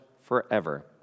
forever